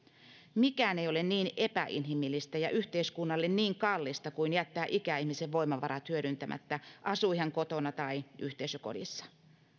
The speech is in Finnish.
mikään ei ole niin epäinhimillistä ja yhteiskunnalle niin kallista kuin jättää ikäihmisen voimavarat hyödyntämättä asui hän kotona tai yhteisökodissa